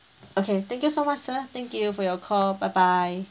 okay thank you so much sir thank you for your call bye bye